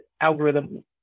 algorithm